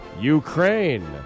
Ukraine